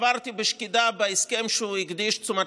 עברתי בשקידה על ההסכם שהקדיש את תשומת